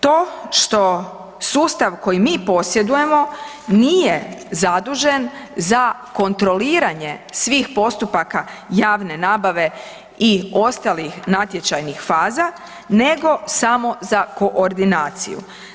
To što sustav koji mi posjedujemo nije zadužen za kontroliranje svih postupaka javne nabave i ostalih natječajnih faza nego samo za koordinaciju.